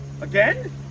again